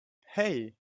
hey